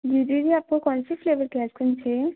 जी दीदी आपको कौन सी फ्लेवर की आइसक्रीम चाहिए